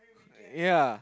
ya